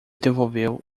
devolveu